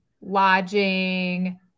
lodging